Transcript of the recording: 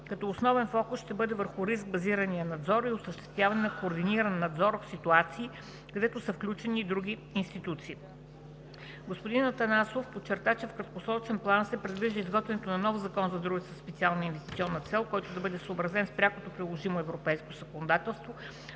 като основният фокус ще бъде върху риск базиран надзор и осъществяване на координиран надзор в ситуации, където са включени и други институции. Господин Атанасов подчерта, че в краткосрочен план се предвижда изготвянето на нов Закон за дружествата със специална инвестиционна цел, който да бъде съобразен с пряко приложимото европейско законодателство